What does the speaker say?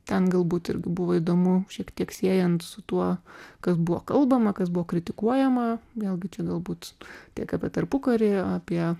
ten galbūt irgi buvo įdomu šiek tiek siejant su tuo kas buvo kalbama kas buvo kritikuojama vėlgi čia galbūt tiek apie tarpukarį apie